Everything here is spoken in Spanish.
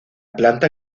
planta